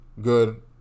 good